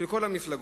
של כל המפלגות.